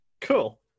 cool